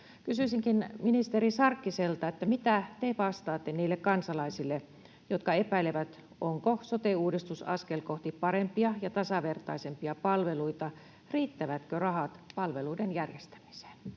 Kysyisinkin ministeri Sarkkiselta: Mitä te vastaatte niille kansalaisille, jotka epäilevät, onko sote-uudistus askel kohti parempia ja tasavertaisempia palveluita? Riittävätkö rahat palveluiden järjestämiseen?